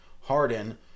Harden